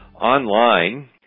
online